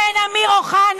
דינה זילבר צריכה לעוף,